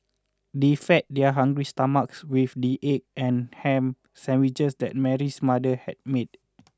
they fed their hungry stomachs with the egg and ham sandwiches that Mary's mother had made